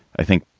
i think,